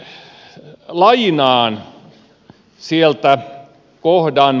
lainaan sieltä kohdan